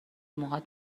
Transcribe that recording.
موهات